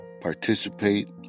participate